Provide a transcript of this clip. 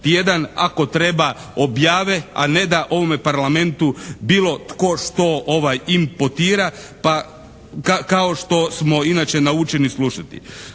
ako treba objave, a ne da ovome Parlamentu bilo tko što inpotira, pa kao što smo inače naučeni slušati.